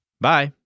Bye